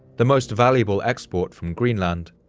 the most valuable export from greenland,